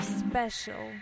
special